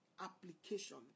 application